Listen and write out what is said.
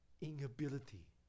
inability